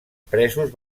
presos